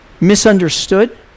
misunderstood